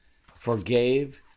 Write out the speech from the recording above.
forgave